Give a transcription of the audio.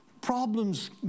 problems